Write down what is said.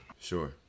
Sure